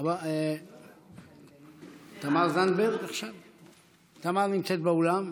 תמר נמצאת באולם?